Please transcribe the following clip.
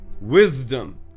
Wisdom